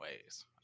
ways